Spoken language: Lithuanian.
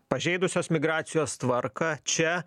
pažeidusios migracijos tvarką čia